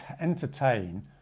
entertain